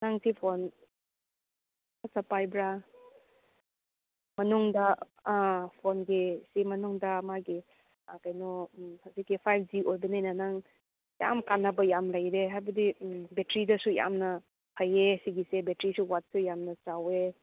ꯅꯪ ꯁꯤ ꯐꯣꯟ ꯋꯥꯆꯞ ꯄꯥꯏꯕ꯭ꯔꯥ ꯃꯅꯨꯡꯗ ꯑꯥ ꯐꯣꯟꯒꯤ ꯁꯤ ꯃꯅꯨꯡꯗ ꯃꯥꯒꯤ ꯑꯥ ꯀꯩꯅꯣ ꯎꯝ ꯍꯧꯖꯤꯛꯇꯤ ꯐꯥꯏꯚ ꯖꯤ ꯑꯣꯏꯕꯅꯤꯅ ꯅꯪ ꯌꯥꯝ ꯀꯥꯟꯅꯕ ꯌꯥꯝ ꯂꯩꯔꯦ ꯍꯥꯏꯕꯗꯤ ꯎꯝ ꯕꯦꯇ꯭ꯔꯤꯗꯁꯨ ꯌꯥꯝꯅ ꯐꯩꯌꯦ ꯁꯤꯒꯤꯁꯦ ꯕꯦꯇ꯭ꯔꯤꯁꯨ ꯋꯥꯠꯁꯨ ꯌꯥꯝꯅ ꯆꯥꯎꯋꯦ